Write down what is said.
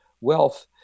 wealth